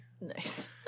Nice